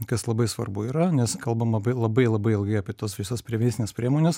kas labai svarbu yra nes kalbam labai labai labai ilgai apie tuos visas prevencines priemones